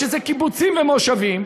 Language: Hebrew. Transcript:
שזה קיבוצים ומושבים,